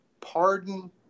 Pardon